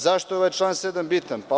Zašto je ovaj član 7. bitan?